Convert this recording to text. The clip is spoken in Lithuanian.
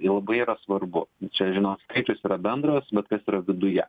ir labai yra svarbu čia žinot skaičius yra bendras bet kas yra viduje